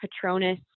Patronus